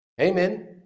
Amen